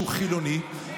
שהוא חילוני,